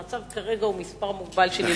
המצב כרגע הוא מספר מוגבל של ילדים.